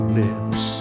lips